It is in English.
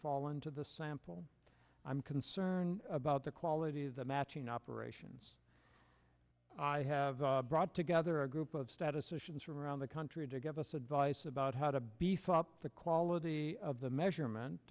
fall into the sample i'm concerned about the quality of the matching operations i have brought together a group of statistician's from around the country to give us advice about how to be thought the quality of the measurement